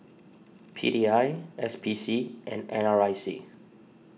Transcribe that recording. P D I S P C and N R I C